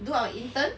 do our intern